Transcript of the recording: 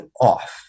off